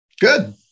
Good